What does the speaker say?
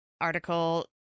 article